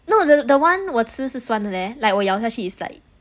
no the the one 我吃是酸的 leh like 我咬下去 is like